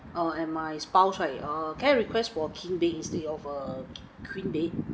err and my spouse right err can I request for king bed instead of err queen bed